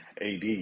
ad